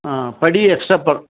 ஆ படி எக்ஸ்ட்டா ப